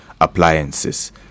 appliances